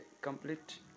complete